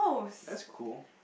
that's cool